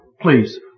please